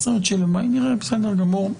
בסדר גמור.